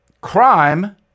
crime